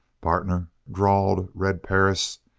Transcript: partner, drawled red perris,